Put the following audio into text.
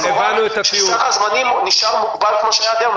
--- שסך הזמנים נשאר מוגבל כמו שהיה עד היום.